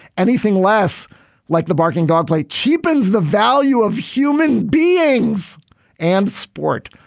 anything less like the barking dog play cheapens the value of human beings and sport.